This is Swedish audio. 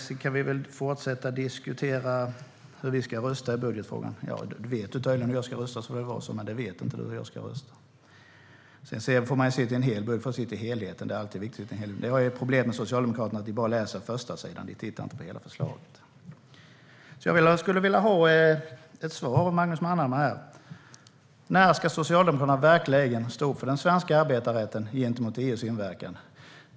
Sedan kan vi fortsätta att diskutera hur vi Sverigedemokrater ska rösta i budgetfrågan. Du vet tydligen hur jag ska rösta, men det vet du inte. För mig är helheten viktig. Problemet med Socialdemokraterna är att ni bara läser första sidan. Ni tittar inte på hela förslaget. Jag skulle vilja ha ett svar från Magnus Manhammar. När ska Socialdemokraterna verkligen stå för den svenska arbetsrätten gentemot EU:s påverkan?